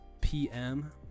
PM